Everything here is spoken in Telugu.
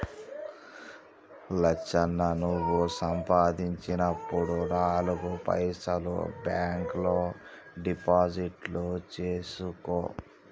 లచ్చన్న నువ్వు సంపాదించినప్పుడు నాలుగు పైసలు బాంక్ లో డిపాజిట్లు సేసుకో